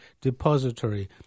depository